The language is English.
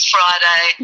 Friday